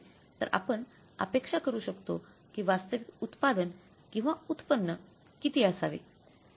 तर आपण अपेक्षा करू शकतो की वास्तविक उत्पादन किंवा उत्पन्न किती असावे ते